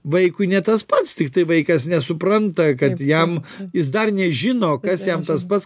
vaikui ne tas pats tiktai vaikas nesupranta kad jam jis dar nežino kas jam tas pats